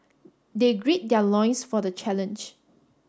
they grid their loins for the challenge